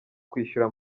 kwishyura